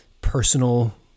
personal